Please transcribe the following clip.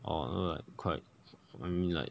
orh so like quite me like